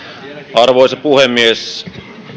arvoisa puhemies